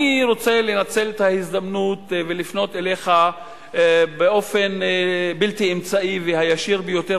אני רוצה לנצל את ההזדמנות ולפנות אליך באופן בלתי אמצעי והישיר ביותר,